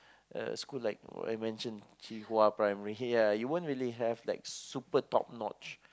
uh school like what I mention Qihua-Primary yeah you won't really have like super top notch